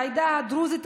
בעדה הדרוזית,